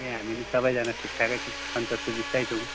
ए हामी नि सबैजना ठिकठाकै छौँ सन्चो सुबिस्तै छौंँ